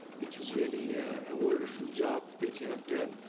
it was really a wonderful job that you have done.